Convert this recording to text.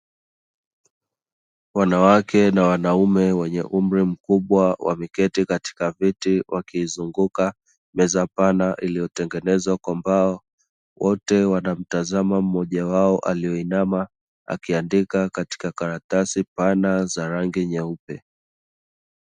Wanawake na wanaume wenye umri mkubwa wameketi katika viti wakiizunguka meza pana iliyotengenezwa kwa mbao, wote wanamtazama mmoja wao aliyeinama akiandika katika karatasi pana za rangi nyeupe.